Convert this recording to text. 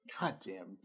Goddamn